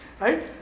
Right